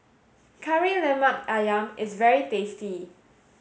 Kari Lemak Ayam is very tasty